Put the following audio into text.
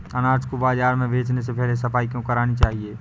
अनाज को बाजार में बेचने से पहले सफाई क्यो करानी चाहिए?